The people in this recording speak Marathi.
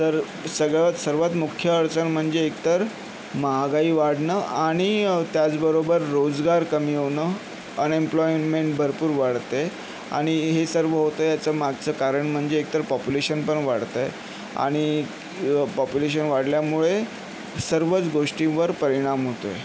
तर सगळंच सर्वात मुख्य अडचण म्हणजे एक तर महागाई वाढणं आणि त्याचबरोबर रोजगार कमी होणं अनएम्पलॉयमेंट भरपूर वाढते आणि हे सर्व होतंय ह्याच्या मागचं कारण म्हणजे एक तर पॉप्युलेशन पण वाढतंय आणि पॉप्युलेशन वाढल्यामुळे सर्वच गोष्टींवर परिणाम होतोय